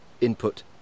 input